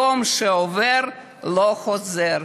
יום שעובר, לא חוזר.